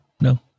No